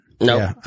no